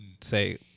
say